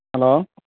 hello